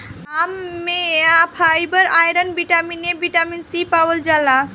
आम में fibre, iron, vitamin A, vitamin C पावल जाला